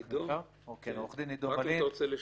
עידו, רק אם אתה רוצה לשבח.